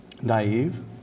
Naive